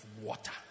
water